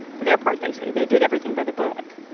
for their part, they say, they did everything by the book